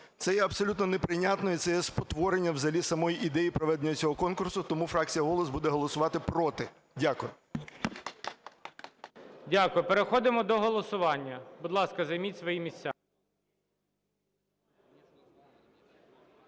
Це є абсолютно неприйнятно, і це є спотворення взагалі самої ідеї проведення цього конкурсу. Тому фракція "Голос" буде голосувати "проти". Дякую. ГОЛОВУЮЧИЙ. Дякую. Переходимо до голосування. Будь ласка, займіть свої місця.